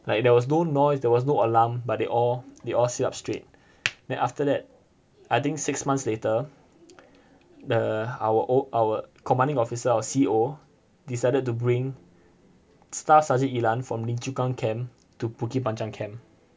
like there was no noise there was no alarm but they all they all sit up straight then after that I think six months later the our o~ our commanding officer our C_O decided to bring staff sergeant yi lan from lim chu kang camp to bukit panjang camp